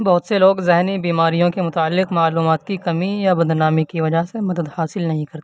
بہت سے لوگ ذہنی بیماریوں کے متعلق معلومات کی کمی یا بدنامی کی وجہ سے مدد خاصل نہیں کرتے